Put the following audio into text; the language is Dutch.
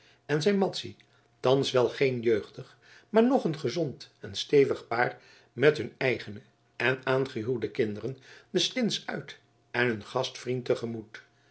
en zijn madzy thans wel geen jeugdig maar toch nog een gezond en stevig paar met hun eigene en aangehuwde kinderen de stins uit en hun